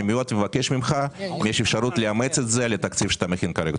אני מאוד מבקש ממך אם יש אפשרות לאמץ את זה לתקציב שאתה מכין כרגע.